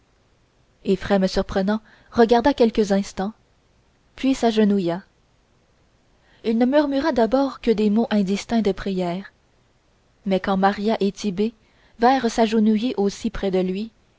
éphrem surprenant regarda quelques instants puis s'agenouilla il ne murmura d'abord que des mots indistincts de prière mais quand maria et tit'bé vinrent s'agenouiller aussi près de lui